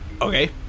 Okay